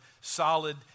solid